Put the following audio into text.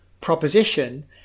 proposition